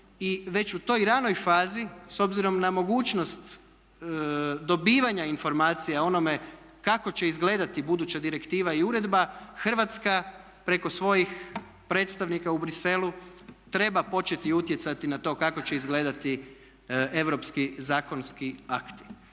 i već u toj ranoj fazi s obzirom na mogućnost dobivanja informacija o onome kako će izgledati buduća direktiva i uredba Hrvatska preko svojih predstavnika u Briselu treba početi utjecati na to kako će izgledati europski zakonski akti.